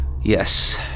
Yes